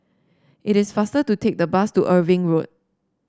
it is faster to take the bus to Irving Road